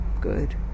good